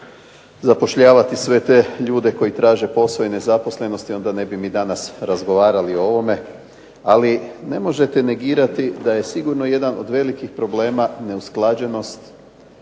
zapošljavati sve te ljude koji traže posao i nezaposlenosti onda ne bi mi danas razgovarali o ovome. Ali ne možete negirati da je sigurno jedan od velikih problema neusklađenost